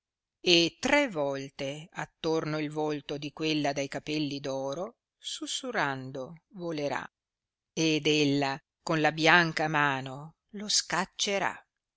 e tre volte attorno il volto di quella dai capelli d oro susurrando volerà ed ella con la bianca mano lo scaccerà